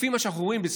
לפי מה שאנחנו אומרים,